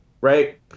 right